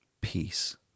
peace